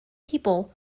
people